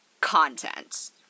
content